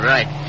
Right